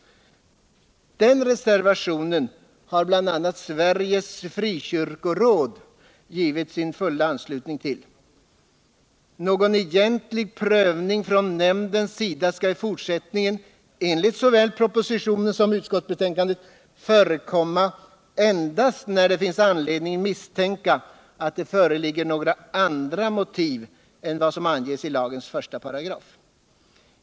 Denna reservation har bl.a. Sveriges frikyrkoråd givit sin fulla anslutning till. Någon egentlig prövning från nämndens sida skall i fortsättningen enligt såväl propositionen som utskottsbetänkandet förekomma endast när det finns anledning misstänka, att det föreligger några andra motiv än som anges i lagens 1 §.